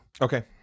Okay